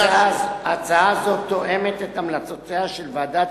הצעה זו תואמת את המלצותיה של ועדת